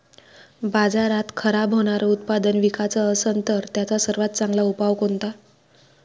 बाजारात खराब होनारं उत्पादन विकाच असन तर त्याचा सर्वात चांगला उपाव कोनता?